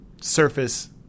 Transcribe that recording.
surface